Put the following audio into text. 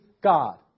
God